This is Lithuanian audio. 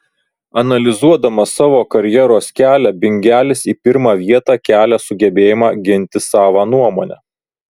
analizuodamas savo karjeros kelią bingelis į pirmą vietą kelia sugebėjimą ginti savą nuomonę